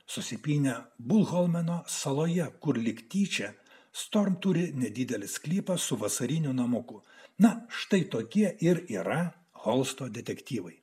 susipynę bulholmeno saloje kur lyg tyčia stovi turi nedidelį sklypą su vasarinių namukų na štai tokie ir yra holsto detektyvai